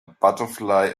butterfly